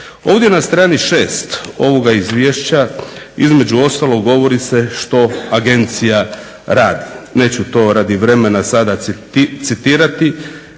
Ovdje na strani 6 ovoga izvješća između ostalog govori se što agencija radi. Neću to radi vremena sada citirati,l